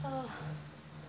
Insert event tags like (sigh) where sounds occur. (noise)